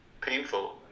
painful